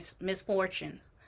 misfortunes